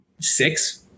six